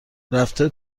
رفته